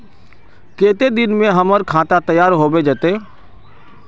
केते दिन में हमर खाता तैयार होबे जते?